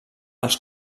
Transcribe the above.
als